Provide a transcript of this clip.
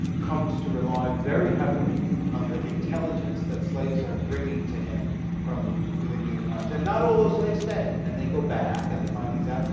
comes to rely very heavily on the intelligence that slaves are bringing to him from within union lines. and not all those slaves stayed. and they go back and they find things out.